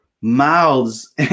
mouths